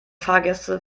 fahrgäste